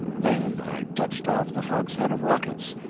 then i touched off the hogshead of rockets,